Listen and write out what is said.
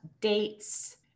dates